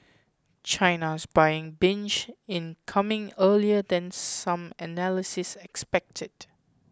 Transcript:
China's buying binge in coming earlier than some analysis expected